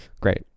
Great